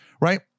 right